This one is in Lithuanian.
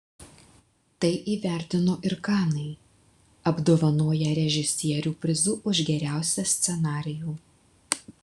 tai įvertino ir kanai apdovanoję režisierių prizu už geriausią scenarijų